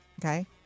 Okay